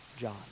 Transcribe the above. John